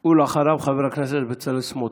אחריו, חבר הכנסת בצלאל סמוטריץ'.